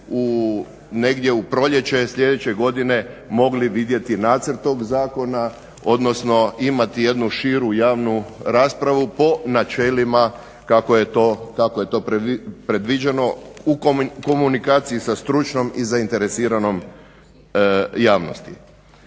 negdje u proljeće sljedeće godine mogli vidjeti nacrt tog zakona, odnosno imati jednu širu javnu raspravu po načelima kako je to predviđeno u komunikaciji sa stručnom i zainteresiranom javnosti.